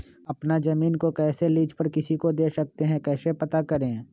अपना जमीन को कैसे लीज पर किसी को दे सकते है कैसे पता करें?